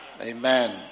Amen